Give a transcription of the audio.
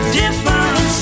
different